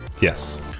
yes